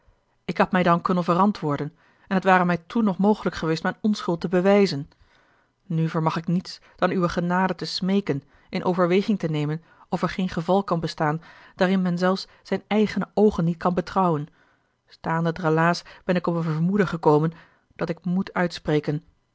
ik had mij dan konnen verantwoorden en het ware mij toen nog mogelijk geweest mijne onschuld te bewijzen nu vermag ik niets dan uwe genade te smeeken in overweging te nemen of er geen geval kan bestaan daarin men zelfs zijne eigene oogen niet kan betrouwen staande het relaas ben ik op een vermoeden gekomen dat ik moet uitspreken